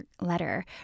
letter